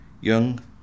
young